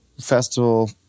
festival